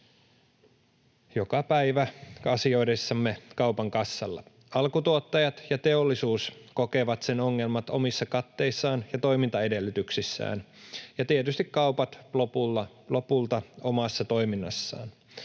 joka päivä asioidessamme kaupan kassalla. Alkutuottajat ja teollisuus kokevat sen ongelmat omissa katteissaan ja toimintaedellytyksissään, ja tietysti kaupat lopulta omassa toiminnassaan.